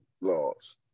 laws